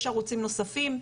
יש ערוצים נוספים,